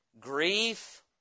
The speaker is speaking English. grief